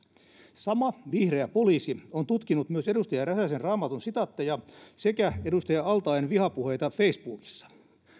sama vihreä poliisi on tutkinut myös edustaja räsäsen raamatun sitaatteja sekä edustaja al taeen vihapuheita facebookissa